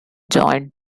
joined